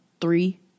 three